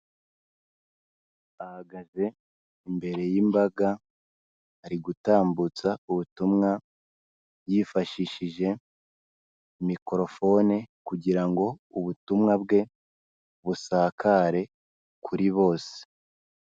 Ahagaze imbere y'imbaga ari gutambutsa ubutumwa yifashishije mikorofone kugira ngo ubutumwa bwe busakare kuri bose.